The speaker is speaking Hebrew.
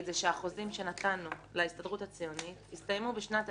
החוזים שנתנו להסתדרות הציונית הסתיימו ב-1996.